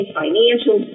financial